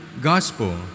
gospel